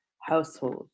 households